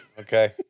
Okay